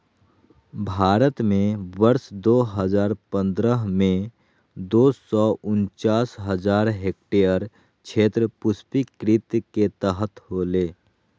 भारत में वर्ष दो हजार पंद्रह में, दो सौ उनचास हजार हेक्टयेर क्षेत्र पुष्पकृषि के तहत होले